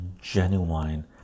genuine